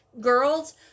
girls